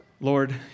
Lord